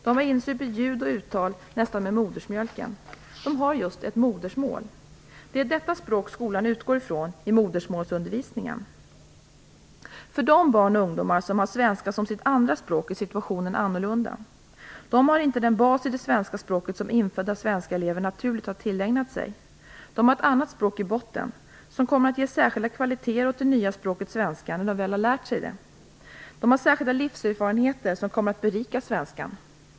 De har insupit ljud och uttal nästan med modersmjölken. De har just ett modersmål. Det är detta språk skolan utgår ifrån i modersmålsundervisningen. För de barn och ungdomar som har svenska som sitt andra språk är situationen annorlunda. De har inte den bas i det svenska språket som infödda svenska elever naturligt har tillägnat sig. De har ett annat språk i botten som kommer att ge särskilda kvaliteter åt det nya språket svenska när de väl har lärt sig det. De har särskilda livserfarenheter som kommer att berika svenskan.